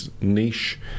niche